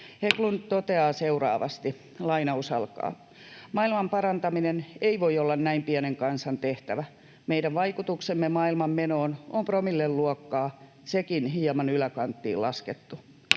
Hägglund toteaa seuraavasti: ”Maailman parantaminen ei voi olla näin pienen kansan tehtävä. Meidän vaikutuksemme maailman menoon on promillen luokkaa. Sekin hieman yläkanttiin laskettu.